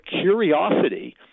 curiosity